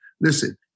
Listen